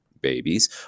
babies